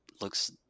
looks